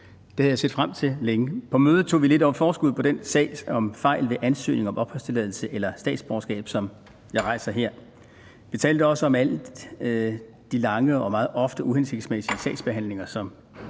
det havde jeg set frem til længe. På mødet tog vi lidt forskud på den sag om fejl ved ansøgning om opholdstilladelse eller statsborgerskab, som jeg rejser her. Vi talte også om de lange og meget ofte uhensigtsmæssige sagsbehandlinger, som